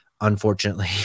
unfortunately